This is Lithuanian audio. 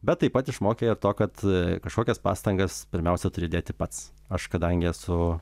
bet taip pat išmokė ir to kad kažkokias pastangas pirmiausia turi įdėti pats aš kadangi esu